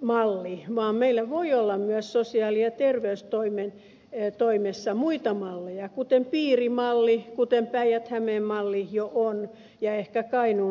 malli vaan meillä voi olla sosiaali ja terveystoimessa myös muita malleja kuten piirimalli kuten päijät hämeen malli jo on ja ehkä kainuun hallintokokeilu